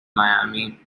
miami